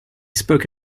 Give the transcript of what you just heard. spoke